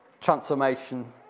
Transformation